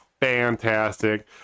fantastic